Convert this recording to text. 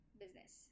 business